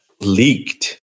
leaked